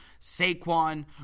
Saquon